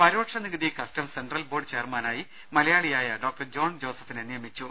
പരോക്ഷ നികുതി customs central board ചെയർമാനായി മലയാളിയായ ഡോക്ടർ ജോൺ ജോസഫിനെ നിയമിച്ചു